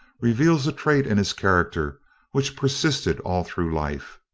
reveals a trait in his character which persisted all through life.